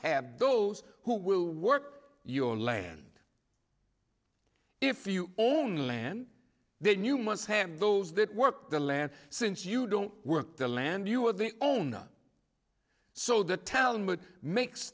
have those who will work your land if you own land then you must have those that work the land since you don't work the land you are the owner so the talmud makes